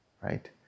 right